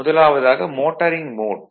முதலாவதாக motoring mode